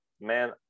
Man